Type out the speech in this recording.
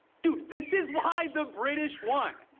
dude, this is why the british won!